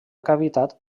cavitat